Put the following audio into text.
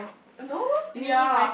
no no ya